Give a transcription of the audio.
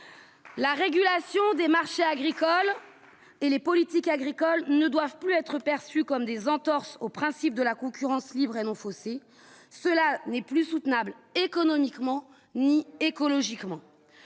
la régulation des marchés agricoles et les politiques agricoles ne doivent plus être perçus comme des entorses au principe de la concurrence libre et non faussée, cela n'est plus soutenable économiquement, ni écologiquement,